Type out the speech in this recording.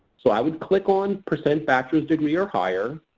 so, i would click on percent bachelor's degree or higher,